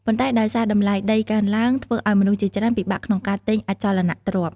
ប៉ុន្តែដោយសារតម្លៃដីកើនឡើង ធ្វើឱ្យមនុស្សជាច្រើនពិបាកក្នុងការទិញអចលនទ្រព្យ។